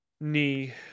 knee